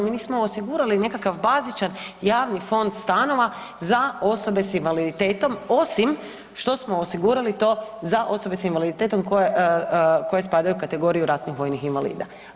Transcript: Mi nismo osigurali nekakav bazičan javni fond stanova za osobe s invaliditetom osim što smo osigurali to za osobe s invaliditetom koje spadaju u kategoriju ratnih vojnih invalida.